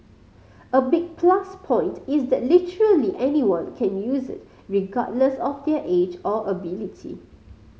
a big plus point is that literally anyone can use it regardless of their age or ability